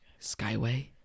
Skyway